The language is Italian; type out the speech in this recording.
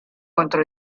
contro